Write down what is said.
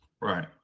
Right